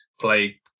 play